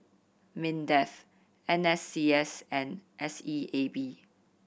MINDEF N S C S and S E A B